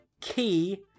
Key